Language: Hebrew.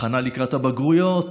הכנה לקראת הבגרויות.